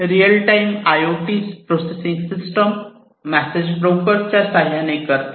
real time I O T processing system message broker च्या साह्याने करतात